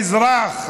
האזרח,